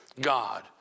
God